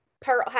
Pearl